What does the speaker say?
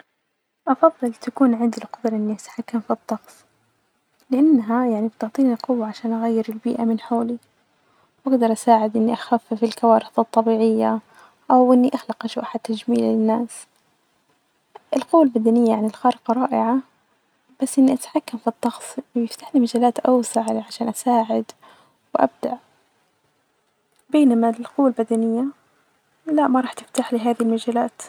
أفضل تكون عندي القدرة إني أتحكم في الطقس لإنها يعني بتعطيني القوة عشان أغير البيئة من حولي ،واجدر أساعد إني أخفف الكوارث الطبيعية أو إني أخلق أجواء حج تجميع الناس القوة البدنية يعني الخارقة رائعة ،بس اني أتحكم في الطقس بيفتحلي مجالات أوسع عشان اساعد وأبدع ،بينما القوة البدنية لا ما راح تفتحلي هذي المجالات.